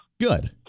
Good